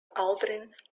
aldrin